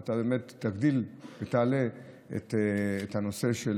ואתה באמת תגדיל ותעלה את הנושא של